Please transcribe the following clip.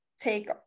take